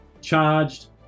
charged